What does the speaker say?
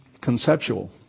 conceptual